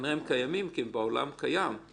כנראה שהם קיימים כי הם כבר בעולם אבל אמרנו